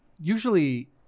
usually